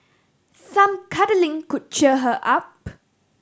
some cuddling could cheer her up